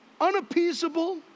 unappeasable